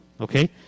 okay